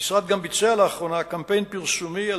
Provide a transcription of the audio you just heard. המשרד גם ביצע לאחרונה קמפיין פרסומי על